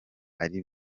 ari